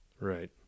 Right